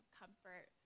comfort